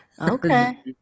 okay